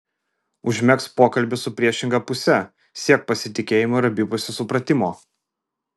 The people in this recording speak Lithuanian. užmegzk pokalbį su priešinga puse siek pasitikėjimo ir abipusio supratimo